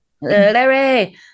Larry